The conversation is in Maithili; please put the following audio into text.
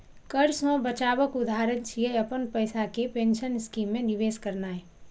कर सं बचावक उदाहरण छियै, अपन पैसा कें पेंशन स्कीम मे निवेश करनाय